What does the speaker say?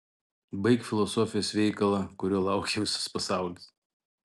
baik filosofijos veikalą kurio laukia visas pasaulis